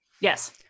yes